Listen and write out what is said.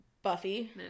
Buffy